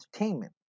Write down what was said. entertainment